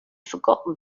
forgotten